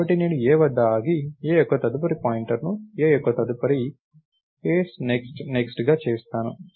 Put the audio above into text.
కాబట్టి నేను a వద్ద ఆగి a యొక్క తదుపరి పాయింటర్ను a యొక్క తదుపరిని a's next nextగా చేస్తాను